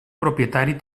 propietari